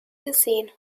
gesehen